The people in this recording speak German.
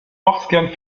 ortskern